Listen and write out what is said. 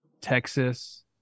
Texas